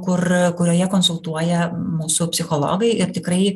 kur kurioje konsultuoja mūsų psichologai ir tikrai